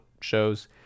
shows